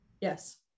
yes